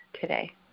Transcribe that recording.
today